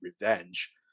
revenge